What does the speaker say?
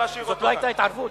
זאת לא היתה התערבות.